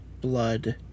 blood